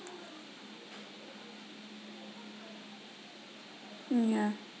um ya